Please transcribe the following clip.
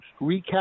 recap